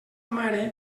mare